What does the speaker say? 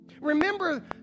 Remember